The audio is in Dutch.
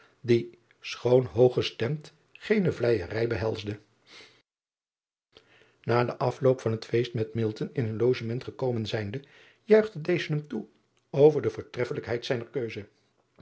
die schoon hoog gestemd geene vleijerij behelsde a den afloop van het feest met in hun ogement gekomen zijnde juichte deze hem toe over de voortreffelijkheid zijner keuze